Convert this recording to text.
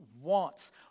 wants